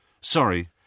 Sorry